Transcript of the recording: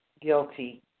guilty